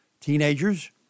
teenagers